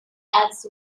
acts